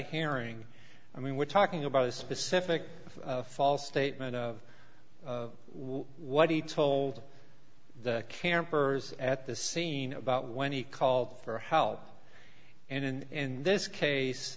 herring i mean we're talking about a specific false statement of what he told the campers at the scene about when he called for help and in this case